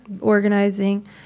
organizing